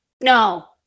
no